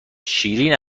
شیرین